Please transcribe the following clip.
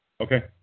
Okay